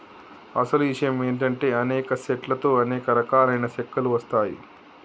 అసలు ఇషయం ఏంటంటే అనేక సెట్ల తో అనేక రకాలైన సెక్కలు వస్తాయి